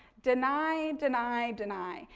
deny, deny, deny.